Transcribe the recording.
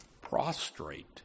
prostrate